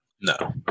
no